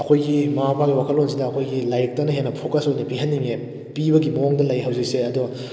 ꯑꯩꯈꯣꯏꯒꯤ ꯃꯃꯥ ꯃꯄꯥꯒꯤ ꯋꯥꯈꯜꯂꯣꯟꯁꯤꯗ ꯑꯩꯈꯣꯏꯒꯤ ꯂꯥꯏꯔꯤꯛꯇꯅ ꯍꯦꯟꯅ ꯐꯣꯀꯁ ꯑꯣꯏꯅ ꯄꯤꯍꯟꯅꯤꯡꯏ ꯄꯤꯕꯒꯤ ꯃꯑꯣꯡꯗ ꯂꯩ ꯍꯧꯖꯤꯛꯁꯦ ꯑꯗꯣ